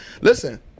Listen